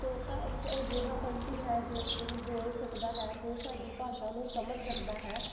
ਤੋਤਾ ਇੱਕ ਅਜਿਹਾ ਪੰਛੀ ਹੈ ਜੋ ਕਿ ਬੋਲ ਸਕਦਾ ਹੈ ਅਤੇ ਸਾਡੀ ਭਾਸ਼ਾ ਨੂੰ ਸਮਝ ਸਕਦਾ ਹੈ